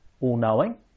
all-knowing